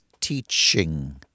teaching